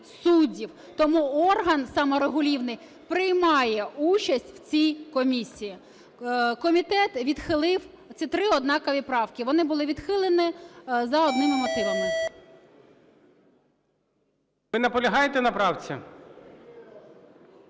суддів. Тому орган саморегулівний приймає участь у цій комісії. Комітет відхилив. Це 3 однакові правки, вони були відхилені за одними мотивами. ГОЛОВУЮЧИЙ. Ви наполягаєте на правці?